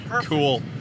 cool